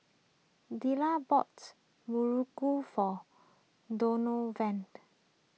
Delilah bought Muruku for Donovan